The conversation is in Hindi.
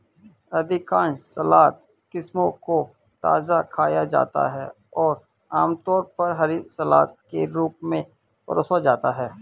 अधिकांश सलाद किस्मों को ताजा खाया जाता है और आमतौर पर हरी सलाद के रूप में परोसा जाता है